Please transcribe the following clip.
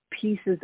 pieces